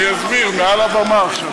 אני אסביר מעל הבמה עכשיו.